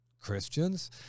Christians